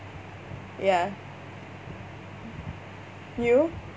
ya you